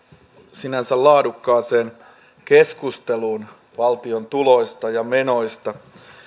sinänsä laadukkaaseen keskusteluun valtion tuloista ja menoista